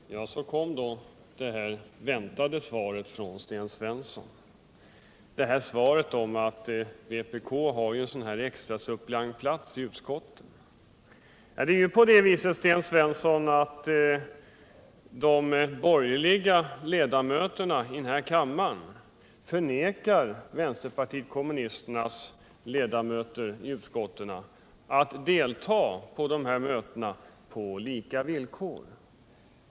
Herr talman! Så kom då det väntade svaret från Sten Svensson — att vpk ju har en extra suppleantplats i utskottet. Det är på det viset, Sten Svensson, att de borgerliga ledamöterna i denna kammare vägrat vänsterpartiet kommunisternas ledamöter i utskottet att delta i utskottets sammanträden på lika villkor.